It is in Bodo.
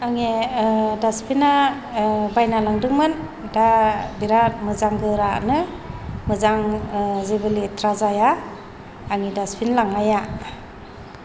आंने डास्टबिना ओ बायना लांदोंमोन दा बिराद मोजां गोरानो मोजां ओ जेबो लेथ्रा जाया आंनि डास्टबिन लांनाया